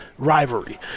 Rivalry